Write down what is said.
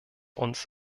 uns